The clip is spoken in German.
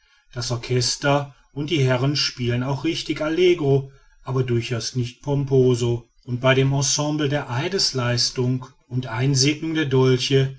das orchester und die herren spielen auch richtig allegro aber durchaus nicht pomposo und bei dem ensemble der eidesleistung und einsegnung der dolche